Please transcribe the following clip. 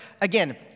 again